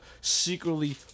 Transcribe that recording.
secretly